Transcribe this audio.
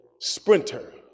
sprinter